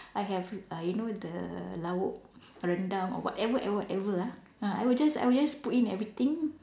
I have uh you know the lauk rendang or whatever whatever whatever ah ah I would just I would just put in everything